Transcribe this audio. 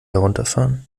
herunterfahren